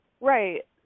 Right